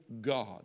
God